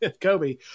kobe